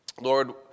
Lord